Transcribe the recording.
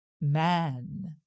man